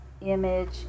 image